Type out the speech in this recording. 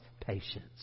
patience